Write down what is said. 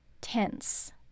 tense